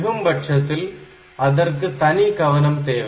மிகும்பட்சத்தில் அதற்கு தனி கவனம் தேவை